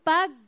Pag